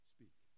Speak